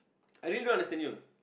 I really don't understand you